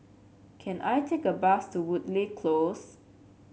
can I take a bus to Woodleigh Close